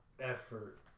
effort